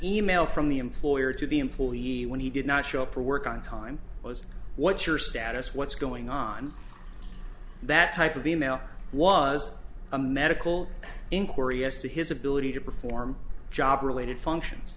e mail from the employer to the employee when he did not show up for work on time was what your status what's going on that type of e mail was a medical inquiry as to his ability to perform job related functions